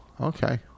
Okay